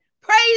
Praise